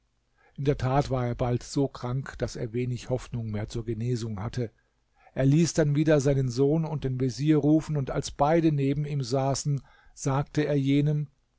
in der tat war er bald so krank daß er wenig hoffnung mehr zur genesung hatte er ließ dann wieder seinen sohn und den vezier rufen und als beide neben ihm saßen sagte er jenem